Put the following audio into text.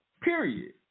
Period